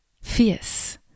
fierce